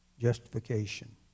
justification